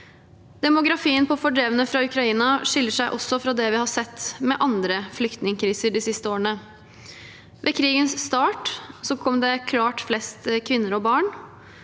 Demografien på fordrevne fra Ukraina skiller seg også fra det vi har sett med andre flyktningkriser de siste årene. Ved krigens start kom det klart flest kvinner og barn.